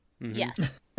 Yes